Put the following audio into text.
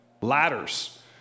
Ladders